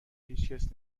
هیچکس